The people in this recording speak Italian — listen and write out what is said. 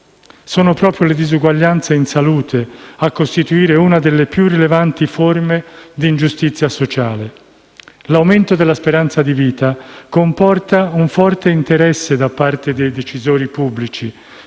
Sono proprio le disuguaglianze in salute a costituire una delle più rilevanti forme di ingiustizia sociale. L'aumento della speranza di vita comporta un forte interesse da parte dei decisori pubblici